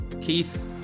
Keith